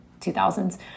2000s